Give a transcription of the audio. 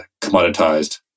commoditized